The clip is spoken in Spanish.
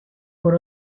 por